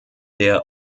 der